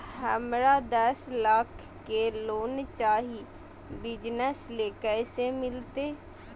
हमरा दस लाख के लोन चाही बिजनस ले, कैसे मिलते?